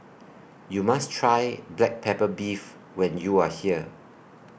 YOU must Try Black Pepper Beef when YOU Are here